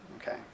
Okay